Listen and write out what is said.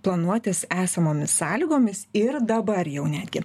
planuotis esamomis sąlygomis ir dabar jau netgi